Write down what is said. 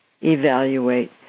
evaluate